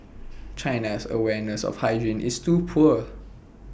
China's awareness of hygiene is too poor